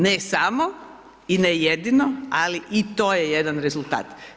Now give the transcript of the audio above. Ne samo i ne jedino ali i to je jedan rezultat.